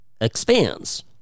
expands